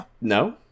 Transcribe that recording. No